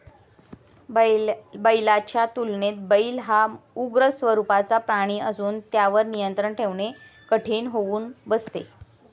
बैलाच्या तुलनेत बैल हा उग्र स्वरूपाचा प्राणी असून त्यावर नियंत्रण ठेवणे कठीण होऊन बसते